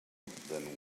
then